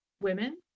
women